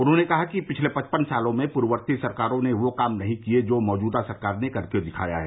उन्होंने कहा कि पिछले पचपन सालों में पूर्ववर्ती सरकारों ने वह काम नहीं किये जो मौजूदा सरकार ने करके दिखाया है